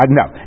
no